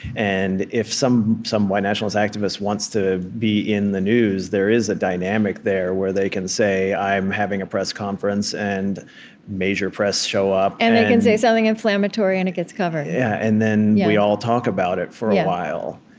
and if some some white nationalist activist wants to be in the news, there is a dynamic there where they can say, i'm having a press conference, and major press show up and they can say something inflammatory, and it gets covered yeah and then we all talk about it for a while.